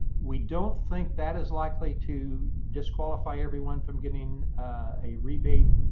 we don't think that is likely to disqualify everyone from getting a rebate.